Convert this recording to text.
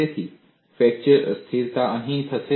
તેથી ફ્રેક્ચર અસ્થિરતા અહીં થશે